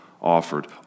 Offered